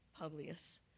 Publius